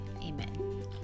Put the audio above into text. amen